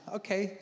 okay